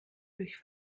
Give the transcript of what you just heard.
durch